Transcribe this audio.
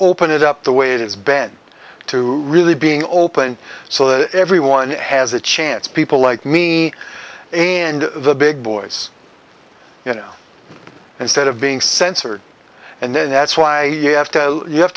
open it up the way it is bent to really being open so that everyone has a chance people like me and the big boys you know instead of being censored and then that's why you have to you have